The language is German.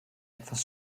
etwas